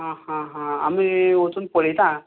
आ हा हा आमी थंय वचून पळयता